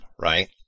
right